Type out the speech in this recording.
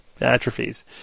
atrophies